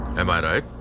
um i right?